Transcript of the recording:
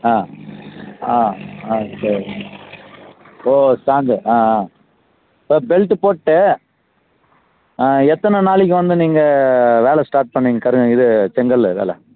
ஆ ஆ ஆ சரி ஓ ஸ்ட்ராங்கு ஆ ஆ இப்போ பெல்ட்டு போட்டு எத்தனை நாளைக்கு வந்து நீங்கள் வேலை ஸ்டார்ட் பண்ணிங்க கருங் இது செங்கல் வேலை